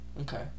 Okay